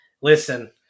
Listen